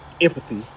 empathy